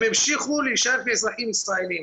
הם המשיכו להישאר כאזרחים ישראלים.